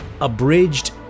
abridged